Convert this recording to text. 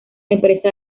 empresa